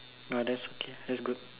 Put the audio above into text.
!wah! that's okay that's good